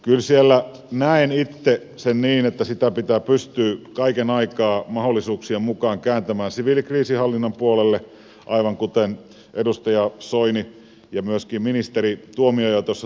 kyllä siellä näen itse sen niin sitä tilannetta pitää pystyä kaiken aikaa mahdollisuuksien mukaan kääntämään siviilikriisinhallinnan puolelle aivan kuten edustaja soini ja myöskin ministeri tuomioja tuossa totesivat